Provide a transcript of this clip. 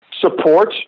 support